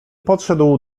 podszedł